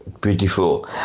beautiful